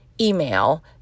email